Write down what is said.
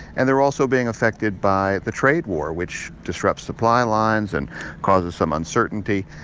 and they're also being affected by the trade war, which disrupts supply lines and causes some uncertainty.